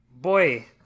boy